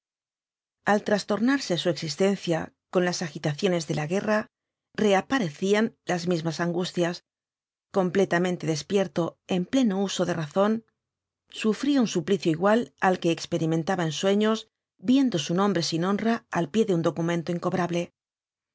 al trastornarse su existencia con las agitaciones de la guerra reaparecían las mismas angustias completamente despierto en pleno uso de razón sufría un suplicio igual al que experimentaba en sueños viendo su nombre sin honra al pie de un documento incobrable